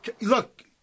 Look